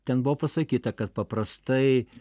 ten buvo pasakyta kad paprastai